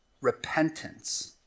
repentance